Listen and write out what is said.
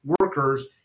workers